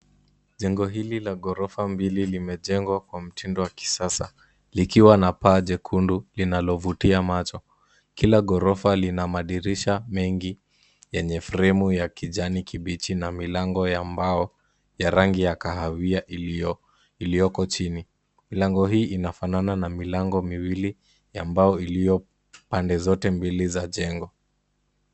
Jengo hili la ghorofa mbili limejengwa kwa mtindo wa kisasa likiwa na paa jekundu linalovutia macho. Kila ghorofa lina madirisha mengi yenye fremu ya kijani kibichi na milango ya mbao ya rangi ya kahawia iliyoko chini. Milango hii inafanana na milango miwili ambayo iliyo pande zote mbili za jengo.